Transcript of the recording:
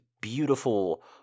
beautiful